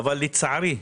אבל לצערי,